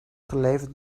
geleverd